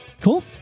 Cool